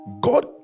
God